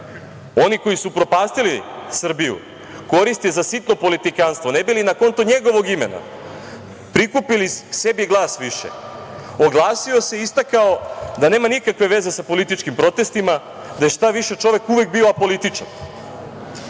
oni koji su upropastili Srbiju, koriste za sitno politikanstvo ne bi li na konto njegovog imena prikupili sebi glas više, oglasio se i istakao da nema nikakve veze sa političkim protestima, već šta više čovek je uvek bio apolitičan